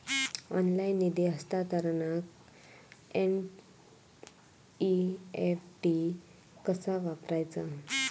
Online निधी हस्तांतरणाक NEFT कसा वापरायचा?